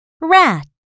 rat